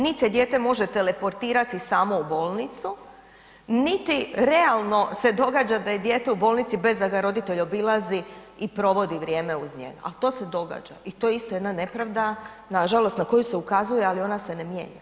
Niti se dijete može teleportirati samo u bolnicu, niti realno se događa da je dijete u bolnici bez da ga roditelj obilazi, i provodi vrijeme uz njega, al to se događa i to je isto jedna nepravda nažalost na koju se ukazuje, ali ona se ne mijenja.